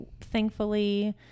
thankfully